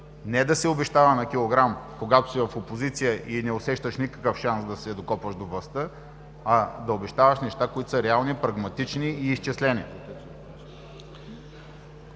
Не да се обещава на килограм, когато си в опозиция и не усещаш никакъв шанс да се докопаш до властта, а да обещаваш неща, които са реални, прагматични и изчислени.